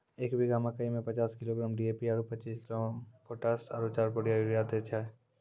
एक बीघा मे मकई मे पचास किलोग्राम डी.ए.पी आरु पचीस किलोग्राम पोटास आरु चार बोरा यूरिया दैय छैय?